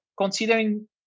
considering